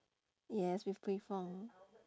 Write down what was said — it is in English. yes with pui fong